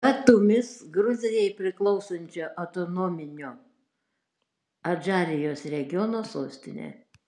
batumis gruzijai priklausančio autonominio adžarijos regiono sostinė